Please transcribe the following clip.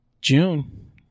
June